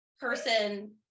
person